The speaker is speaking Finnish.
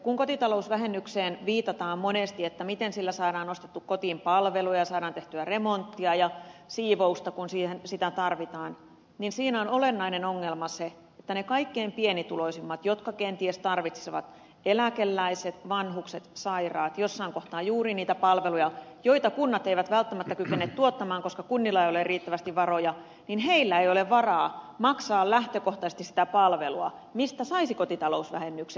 kun kotitalousvähennykseen viitataan monesti miten sillä saadaan ostettua kotiin palveluja saadaan tehtyä remonttia ja siivousta kun sitä tarvitaan niin siinä on olennainen ongelma se että niillä kaikkein pienituloisimmilla jotka kenties tarvitsisivat eläkeläiset vanhukset sairaat jossain kohtaa juuri niitä palveluja joita kunnat eivät välttämättä kykene tuottamaan koska kunnilla ei ole riittävästi varoja ei ole varaa maksaa lähtökohtaisesti sitä palvelua mistä saisi kotitalousvähennyksen